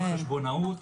ולא בחשבונאות.